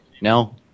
No